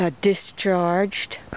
discharged